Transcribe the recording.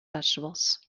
vegetables